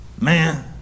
man